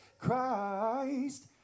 Christ